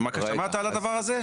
שמעת על הדבר הזה?